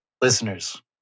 listeners